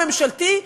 הממשלתי,